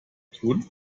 tun